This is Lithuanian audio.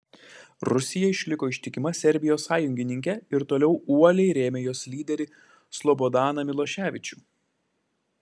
rusija išliko ištikima serbijos sąjungininkė ir toliau uoliai rėmė jos lyderį slobodaną miloševičių